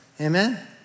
Amen